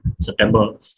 September